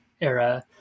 era